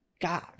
God